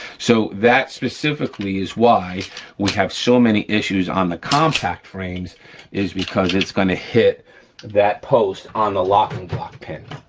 so that specifically is why we have so many issues on the compact frames is because it's gonna hit that post on the locking block pin.